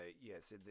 Yes